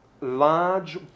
large